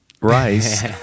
rice